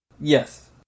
yes